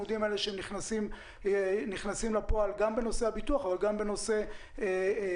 האלה יוצאים לפועל גם בנושא הביטוח וגם בנושא הפיילוט.